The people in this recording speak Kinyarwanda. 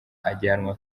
ajyanwa